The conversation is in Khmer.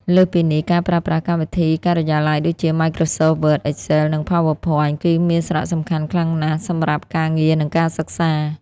លើសពីនេះ ការប្រើប្រាស់កម្មវិធីការិយាល័យដូចជា Microsoft Word, Excel, និង PowerPoint គឺមានសារៈសំខាន់ខ្លាំងណាស់សម្រាប់ការងារនិងការសិក្សា។